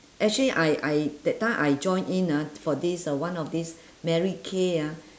actually I I that time I joined in ah for this uh one of this mary kay ah